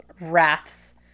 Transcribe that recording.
Wrath's